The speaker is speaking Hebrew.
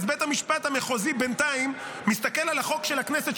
אז בית המשפט המחוזי בינתיים מסתכל על החוק של הכנסת,